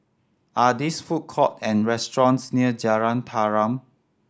are these food court or restaurants near Jalan Tarum